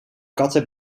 katten